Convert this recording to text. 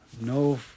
No